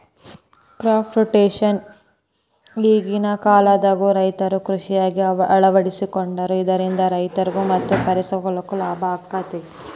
crop rotation ಈಗಿನ ಕಾಲದಾಗು ರೈತರು ಕೃಷಿಯಾಗ ಅಳವಡಿಸಿಕೊಂಡಾರ ಇದರಿಂದ ರೈತರಿಗೂ ಮತ್ತ ಪರಿಸರಕ್ಕೂ ಲಾಭ ಆಗತದ